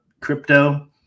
crypto